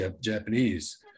Japanese